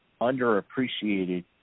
underappreciated